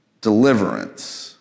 deliverance